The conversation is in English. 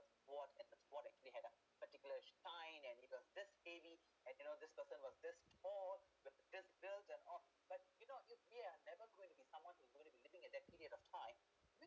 sword and the sword actually actually had a particular shine and it got this heavy and you know this person was this tall with this build and all but you know we are never going to be someone who going to be living at that period of time